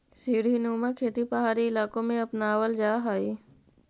सीढ़ीनुमा खेती पहाड़ी इलाकों में अपनावल जा हई